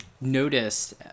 noticed